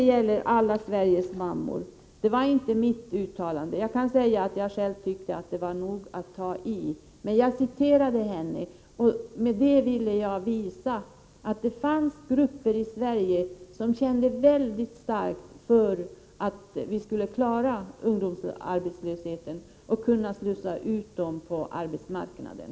Uttrycket ”alla Sveriges mammor” var inte mitt eget — jag kan säga att jag själv tyckte att det nog var att ta i. Men jag gjorde ett citat, och med det ville å jag visa att det fanns grupper i Sverige som kände mycket starkt för att vi skulle klara ungdomsarbetslösheten och kunna slussa ut ungdomarna på arbetsmarknaden.